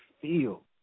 feel